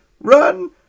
run